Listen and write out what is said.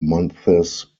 months